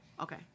Okay